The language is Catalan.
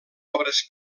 obres